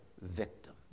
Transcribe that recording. victim